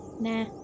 Nah